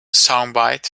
soundbite